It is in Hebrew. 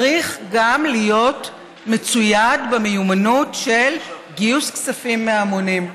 צריך גם להיות מצויד במיומנות של גיוס כספים מההמונים,